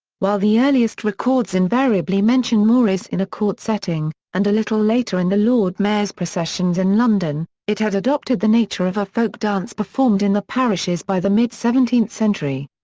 while the earliest records invariably mention morys in a court setting, and a little later in the lord mayors' processions in london, it had adopted the nature of a folk dance performed in the parishes by the mid seventeenth century.